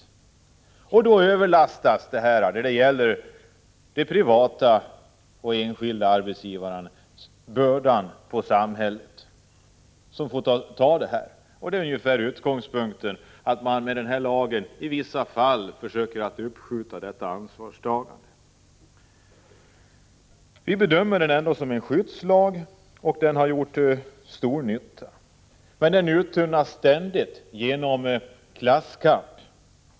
Ansvarsbördan överlastas i dessa fall från de privata arbetsgivarna på samhället, som får bära ansvaret. Utgångspunkten för lagen tycks vara att man försöker uppskjuta detta ansvarstagande i vissa fall. Vi bedömer ändå denna lag som en skyddslag, och den har gjort stor nytta. Men den uttunnas ständigt genom klasskamp.